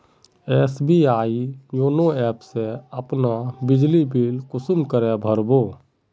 SBI YONO app से अपना बिजली बिल कुंसम करे भर बो?